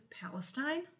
Palestine